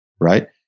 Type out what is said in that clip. right